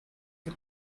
for